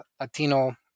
Latino